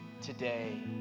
today